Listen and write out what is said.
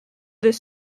this